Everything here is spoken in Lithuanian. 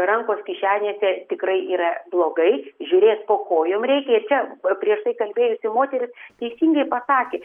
rankos kišenėse tikrai yra blogai žiūrėt po kojom reikia ir čia prieš tai kalbėjusi moteris teisingai pasakė